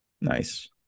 nice